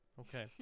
Okay